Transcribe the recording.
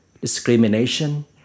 discrimination